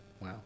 wow